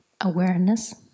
awareness